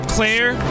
Claire